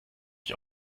ich